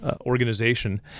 organization